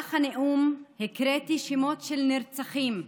במהלך הנאום הקראתי שמות של נרצחים,